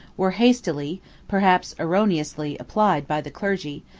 were hastily, perhaps erroneously, applied, by the clergy,